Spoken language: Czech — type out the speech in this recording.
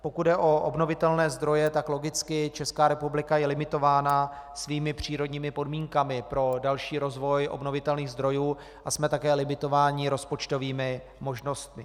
Pokud jde o obnovitelné zdroje, je Česká republika logicky limitována svými přírodními podmínkami pro další rozvoj obnovitelných zdrojů a jsme také limitováni rozpočtovými možnostmi.